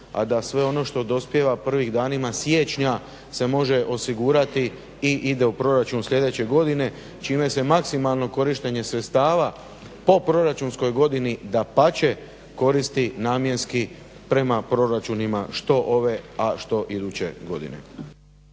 a da sve ono što dospijeva prvim danima siječnja se može osigurati i ide u proračun sljedeće godine čime se maksimalno korištenje sredstava po proračunskoj godini dapače koristi namjenski prema proračunima što ove, a što iduće godine.